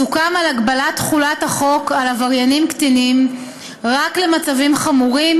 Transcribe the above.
סוכם על הגבלת תחולת החוק על עבריינים קטינים רק למצבים חמורים